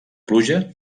pluja